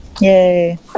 Yay